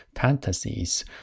fantasies